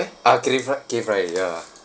ah curry fried curry fried ya